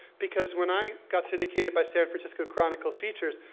because when i got syndicated by san francisco chronicle features,